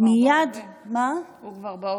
הוא כבר בהווה.